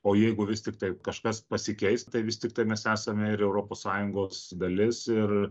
o jeigu vis tiktai kažkas pasikeis tai vis tiktai mes esame ir europos sąjungos dalis ir